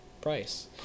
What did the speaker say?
price